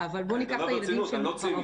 אני מדבר ברצינות, אני לא ציני.